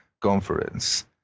conference